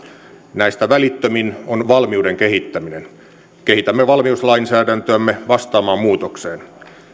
näistä välittömin on valmiuden kehittäminen kehitämme valmiuslainsäädäntöämme vastaamaan muutokseen